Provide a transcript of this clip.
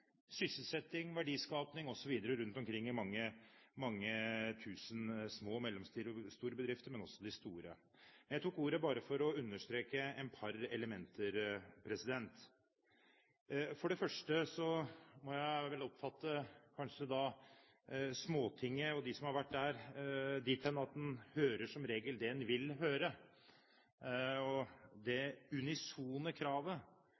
sysselsetting, verdiskaping osv. rundt omkring i mange tusen små og mellomstore bedrifter, men også i de store. Jeg tok ordet bare for å understreke et par elementer. Jeg må vel kanskje oppfatte dem som har vært på Småtinget, dit hen at en hører som regel det en vil høre.